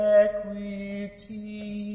equity